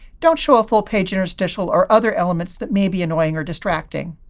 don't show a full page, interstitial, or other elements that may be annoying or distracting.